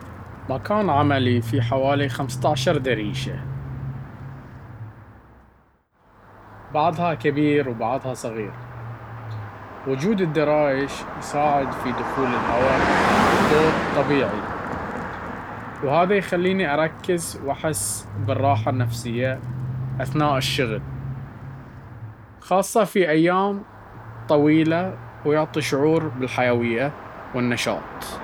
مكان عملي فيه حوالي 15 دريشة بعضها كبير وبعضها صغير. وجود الدرايش يساعد في دخول الهواء والضوء الطبيعي، وهذا يخليني أركز وأحس بالراحة أثناء الشغل، خاصة في الأيام الطويلة, ويعطي شعور بالحيوية والنشاط.